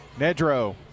Nedro